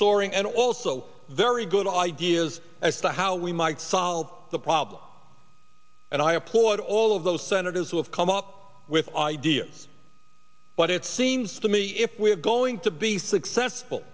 soaring and also very good ideas as to how we might solve the problem and i applaud all of those senators who have come up with ideas but it seems to me if we're going to be successful